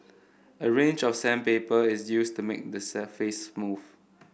a range of sandpaper is used to make the surface smooth